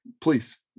please